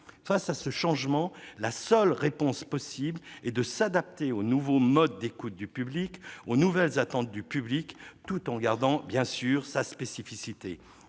Face à ce changement, la seule réponse possible est de s'adapter aux nouveaux modes d'écoute, aux nouvelles attentes du public, tout en préservant sa spécificité.